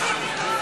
מה עשיתי רע?